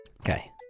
Okay